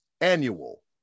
annual